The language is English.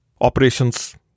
Operations